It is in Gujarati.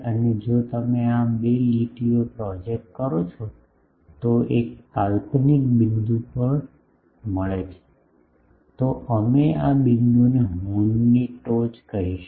અને જો તમે આ બે લીટીઓ પ્રોજેક્ટ કરો છો તે એક કાલ્પનિક બિંદુ પર મળે છે તો અમે આ બિંદુને હોર્નની ટોચ કહીશું